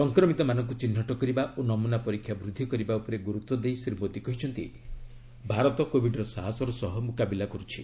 ସଂକ୍ରମିତମାନଙ୍କୁ ଚିହ୍ନଟ କରିବା ଓ ନମୁନା ପରୀକ୍ଷା ବୃଦ୍ଧି କରିବା ଉପରେ ଗୁରୁତ୍ୱ ଦେଇ ଶ୍ରୀ ମୋଦୀ କହିଛନ୍ତି ଭାରତ କୋବିଡ୍ର ସାହସର ସହ ମୁକାବିଲା କରୁଛି